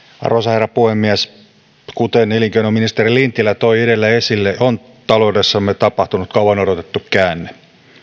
arvoisa herra puhemies kuten elinkeinoministeri lintilä toi edellä esille on taloudessamme tapahtunut kauan odotettu käänne